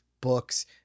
books